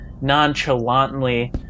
nonchalantly